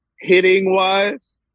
hitting-wise